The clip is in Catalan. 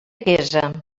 quesa